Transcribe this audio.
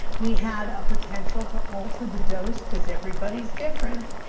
we had a potential to alter the dose because everybody's different.